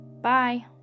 Bye